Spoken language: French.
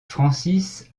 francis